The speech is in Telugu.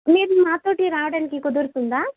మీరు మాతోటి రావడానికి కుదురుతుందా